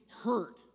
hurt